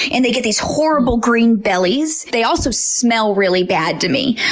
and they get these horrible green bellies. they also smell really bad to me.